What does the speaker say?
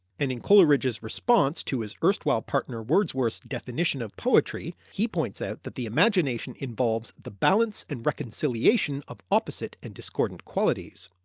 and in coleridge's response to his erstwhile partner wordsworth's definition of poetry, he points out that the imagination involves the balance and reconciliation of opposite or and discordant qualities.